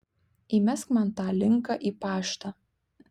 įmesk man tą linką į paštą